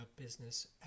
business